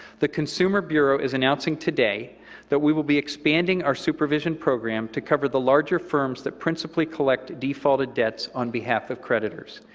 the consumer bureau is announcing today that we will be expanding our supervision program to cover the larger firms that principally collect defaulted debts on behalf of creditors.